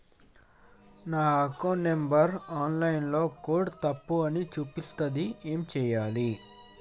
నా account number online ల కొడ్తే తప్పు అని చూపిస్తాంది ఏం చేయాలి?